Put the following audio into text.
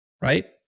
right